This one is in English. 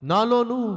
Nalonu